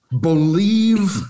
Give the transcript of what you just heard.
believe